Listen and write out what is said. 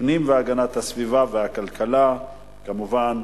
פנים והגנת הסביבה והכלכלה, כמובן,